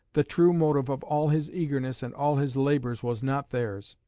the true motive of all his eagerness and all his labours was not theirs.